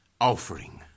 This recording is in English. offering